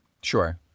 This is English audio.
sure